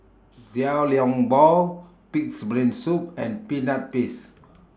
Xiao Long Bao Pig'S Brain Soup and Peanut Paste